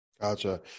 Gotcha